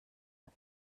ein